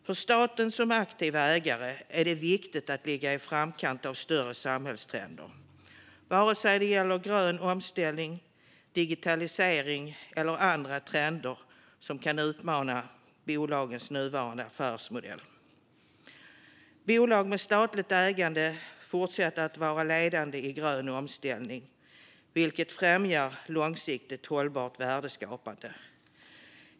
För staten som aktiv ägare är det viktigt att ligga i framkant av större samhällstrender, vare sig det gäller grön omställning, digitalisering eller andra trender som kan utmana bolagens nuvarande affärsmodell. Bolag med statligt ägande fortsätter att vara ledande i den gröna omställningen, vilket främjar långsiktigt hållbart värdeskapande.